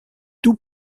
tout